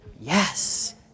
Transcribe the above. Yes